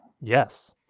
Yes